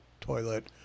toilet